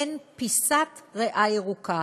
אין פיסת ריאה ירוקה,